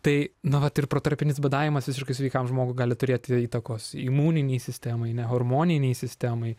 tai na vat ir protarpinis badavimas visiškai sveikam žmogui gali turėti įtakos imuninei sistemai ane hormoninei sistemai